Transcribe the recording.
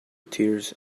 tears